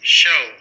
show